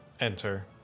enter